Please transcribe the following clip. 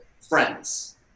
friends